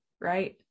right